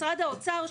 משרד האוצר,